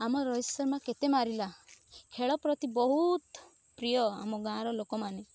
ଆମ ରୋହିତ ଶର୍ମା କେତେ ମାରିଲା ଖେଳ ପ୍ରତି ବହୁତ ପ୍ରିୟ ଆମ ଗାଁର ଲୋକମାନେ